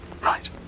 Right